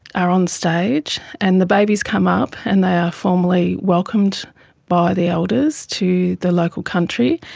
are on stage, and the babies come up and they are formally welcomed by the elders to their local country.